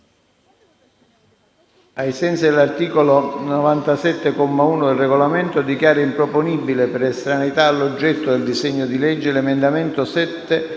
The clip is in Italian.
ai sensi dell'articolo 97, comma 1, del Regolamento, dichiara improponibile per estraneità all'oggetto del disegno di legge l'emendamento